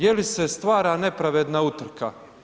Je li se stvara nepravedna utrka?